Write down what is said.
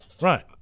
Right